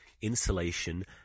insulation